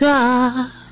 God